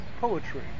Poetry